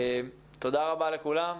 תודה רבה לכולם.